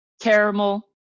caramel